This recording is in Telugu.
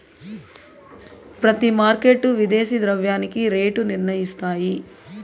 ప్రతి మార్కెట్ విదేశీ ద్రవ్యానికి రేటు నిర్ణయిస్తాయి